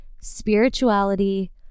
spirituality